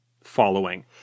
following